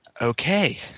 Okay